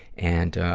and, ah,